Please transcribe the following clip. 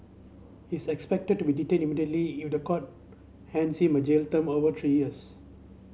he's expected to be detained immediately if the court hands him a jail term over three years